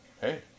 hey